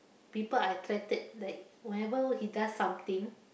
people are attracted like whenever he does something